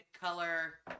color